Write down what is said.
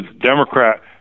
Democrat